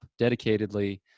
dedicatedly